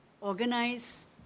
Organize